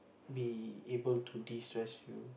be able to destress you